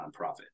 nonprofit